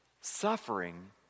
Suffering